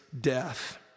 death